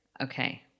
Okay